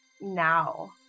now